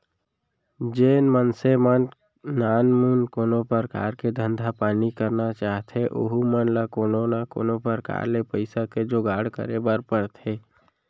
जेन मनसे मन नानमुन कोनो परकार के धंधा पानी करना चाहथें ओहू मन ल कोनो न कोनो प्रकार ले पइसा के जुगाड़ करे बर परथे